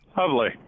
Lovely